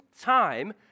time